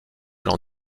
l’en